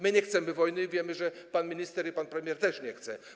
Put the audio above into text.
My nie chcemy wojny i wiemy, że pan minister i pan premier też nie chce.